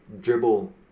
dribble